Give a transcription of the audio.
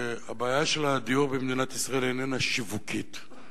הבעיה של הדיור במדינת ישראל איננה שיווקית,